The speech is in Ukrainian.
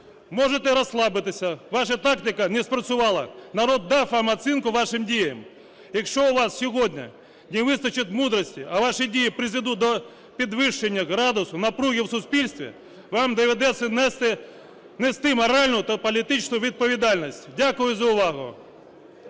Можете розслабитися, ваша тактика не спрацювала, народ дав вам оцінку вашим діям. Якщо у вас сьогодні не вистачить мудрості, а ваші дії призведуть до підвищення градусу напруги в суспільстві, вам доведеться нести моральну та політичну відповідальність. Дякую за увагу.